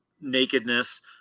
nakedness